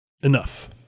enough